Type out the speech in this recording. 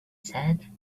said